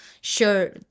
sure